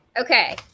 Okay